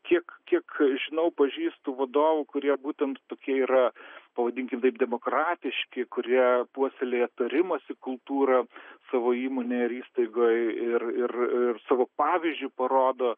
kiek kiek žinau pažįstu vadovų kurie būtent tokie yra pavadinkim taip demokratiški kurie puoselėja tarimosi kultūrą savo įmonėje ar įstaigoj ir ir savo pavyzdžiu parodo